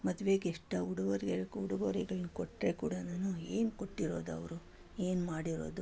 ಮದುವೆಗೆ ಎಷ್ಟೇ ಉಡುಗೊರೆಗಳು ಕೊ ಉಡುಗೊರೆಗಳ್ನ ಕೊಟ್ಟರೆ ಕೂಡಾನು ಏನು ಕೊಟ್ಟಿರೋದವರು ಏನು ಮಾಡಿರೋದು